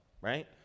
right